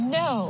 no